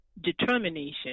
determination